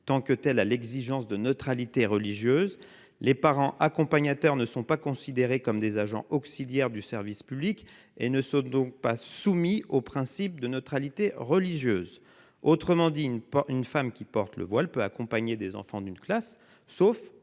tant que telle à l'exigence de neutralité religieuse ; les parents accompagnateurs ne sont pas considérés comme des agents auxiliaires du service public et ne sont donc pas soumis à ce principe. Autrement dit, une femme qui porte le voile peut accompagner une classe en